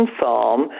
farm